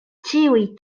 ĉiuj